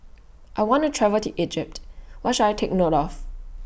I want to travel to Egypt What should I Take note of